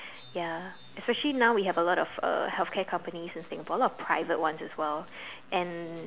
ya especially now we have a lot of healthcare companies in Singapore a lot of private ones as well and